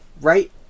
Right